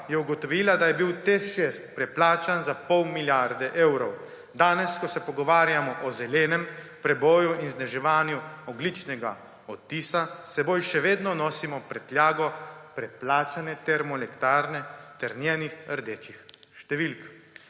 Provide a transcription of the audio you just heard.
je ugotovila, da je bil TEŠ 6 preplačan za pol milijarde evrov. Danes, ko se pogovarjamo o zelenem preboju in zniževanju ogljičnega odtisa, s seboj še vedno nosimo prtljago preplačane termoelektrarne ter njenih rdečih številk.